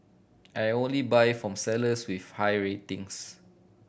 I only buy from sellers with high ratings